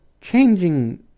changing